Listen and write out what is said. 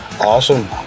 awesome